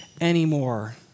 anymore